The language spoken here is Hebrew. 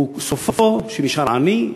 סופו שנשאר עני,